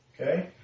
Okay